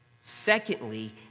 Secondly